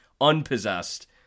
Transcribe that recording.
unpossessed